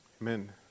Amen